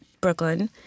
Brooklyn